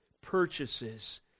purchases